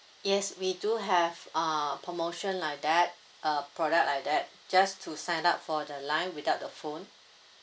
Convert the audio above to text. yes we do have uh promotion like that uh product like that just to sign up for the line without the phone